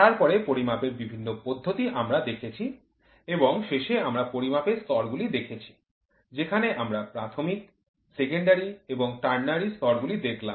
তারপরে পরিমাপের বিভিন্ন পদ্ধতি আমরা দেখেছি এবং শেষে আমরা পরিমাপের স্তরগুলি দেখেছি যেখানে আমরা প্রাথমিক সেকেন্ডারি এবং টার্নারি স্তরগুলি দেখলাম